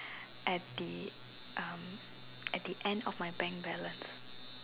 at the um at the end of my bank balance